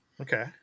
Okay